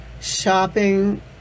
shopping